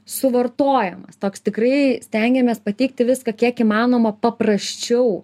suvartojamas toks tikrai stengiamės pateikti viską kiek įmanoma paprasčiau